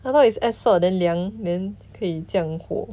I thought add salt then 凉 then 可以降火